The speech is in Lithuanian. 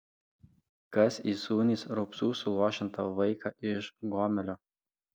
kas įsūnys raupsų suluošintą vaiką iš gomelio